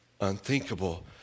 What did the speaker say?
Unthinkable